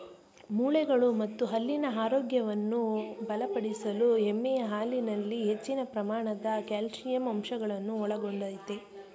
ಮೂಳೆಗಳು ಮತ್ತು ಹಲ್ಲಿನ ಆರೋಗ್ಯವನ್ನು ಬಲಪಡಿಸಲು ಎಮ್ಮೆಯ ಹಾಲಿನಲ್ಲಿ ಹೆಚ್ಚಿನ ಪ್ರಮಾಣದ ಕ್ಯಾಲ್ಸಿಯಂ ಅಂಶಗಳನ್ನು ಒಳಗೊಂಡಯ್ತೆ